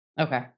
Okay